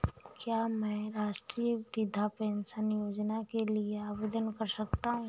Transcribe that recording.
क्या मैं राष्ट्रीय वृद्धावस्था पेंशन योजना के लिए आवेदन कर सकता हूँ?